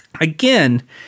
Again